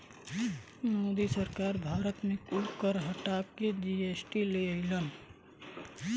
मोदी सरकार भारत मे कुल कर हटा के जी.एस.टी ले अइलन